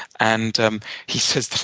and um he says,